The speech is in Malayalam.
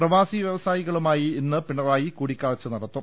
പ്രവാസി വ്യ വസായികളുമായി ഇന്ന് പിണറായി കൂടിക്കാഴ്ച നടത്തും